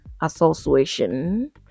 association